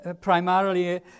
primarily